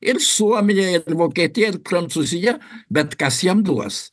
ir suomiją ir vokietiją ir prancūziją bet kas jam duos